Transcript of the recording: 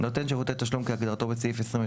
"נותן שירותי תשלום" - כהגדרתו בסעיף (א)